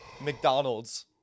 McDonald's